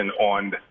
on